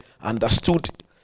understood